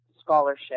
scholarship